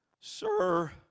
Sir